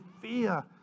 fear